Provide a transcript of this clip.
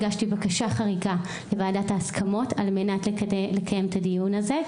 הגשתי בקשה חריגה לוועדת ההסכמות על מנת לקיים את הדיון הזה,